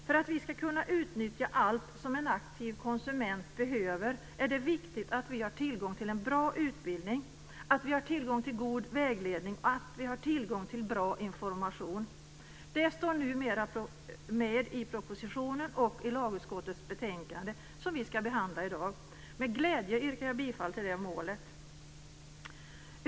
För att vi ska kunna utnyttja allt som en aktiv konsument behöver är det viktigt att vi har tillgång till en bra utbildning, att vi har tillgång till god vägledning och att vi har tillgång till bra information. Det står numera med i propositionen och i lagutskottets betänkande som vi ska behandla i dg. Med glädje yrkar jag bifall till det målet.